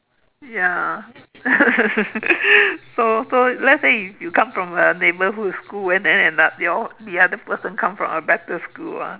ya so so let's say if you come from a neighbourhood school and then another your the other person come from a better school ah